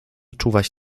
czuwać